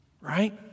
right